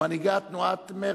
ומנהיגת תנועת מרצ.